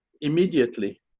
immediately